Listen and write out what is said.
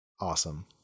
Awesome